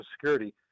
security